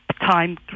time